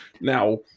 Now